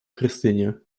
krystynie